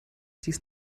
dies